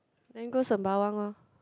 then go sembawang lor